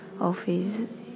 office